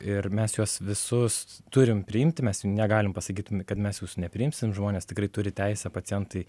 ir mes juos visus turim priimti mes juk negalim pasakyt kad mes jūsų nepriimsim žmonės tikrai turi teisę pacientai